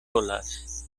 olas